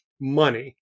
money